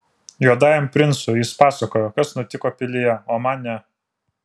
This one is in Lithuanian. juodajam princui jis pasakojo kas nutiko pilyje o man ne